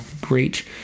great